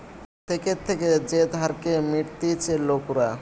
থেকে থেকে যে ধারকে মিটতিছে লোকরা